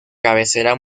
cabecera